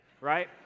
right